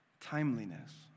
Timeliness